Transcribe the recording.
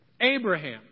Abraham